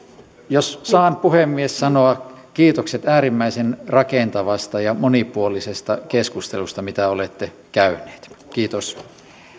jos saan puhemies sanoa kiitokset äärimmäisen rakentavasta ja monipuolisesta keskustelusta mitä olette käyneet kiitos